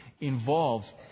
involves